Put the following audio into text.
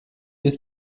ist